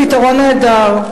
פתרון נהדר,